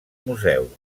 museu